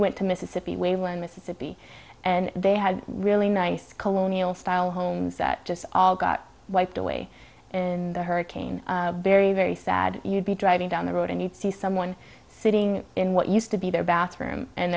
went to mississippi waveland mississippi and they had really nice colonial style homes that just all got wiped away in a hurricane very very sad you'd be driving down the road and you'd see someone sitting in what used to be their bathroom and